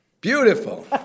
Beautiful